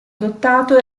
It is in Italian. adottato